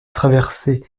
traversait